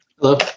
hello